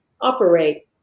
operate